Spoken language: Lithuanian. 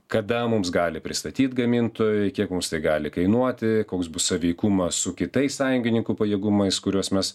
kada mums gali pristatyt gamintojai kiek mums tai gali kainuoti koks bus sąveikumas su kitais sąjungininkų pajėgumais kuriuos mes